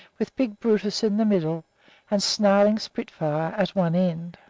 with big brutus in the middle and snarling spitfire at one end.